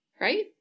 right